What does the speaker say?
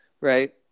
Right